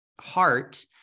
heart